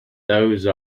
those